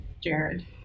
jared